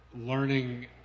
learning